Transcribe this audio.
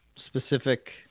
specific